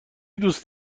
دوست